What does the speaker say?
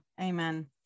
Amen